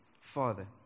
Father